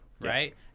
right